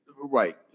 Right